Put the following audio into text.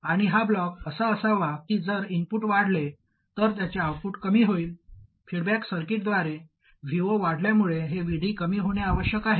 आणि हा ब्लॉक असा असावा की जर इनपुट वाढले तर त्याचे आउटपुट कमी होईल फीडबॅक सर्किटद्वारे Vo वाढल्यामुळे हे Vd कमी होणे आवश्यक आहे